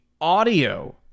audio